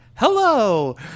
Hello